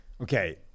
okay